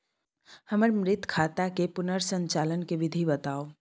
हमर मृत खाता के पुनर संचालन के विधी बताउ?